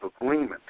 agreement